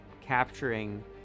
capturing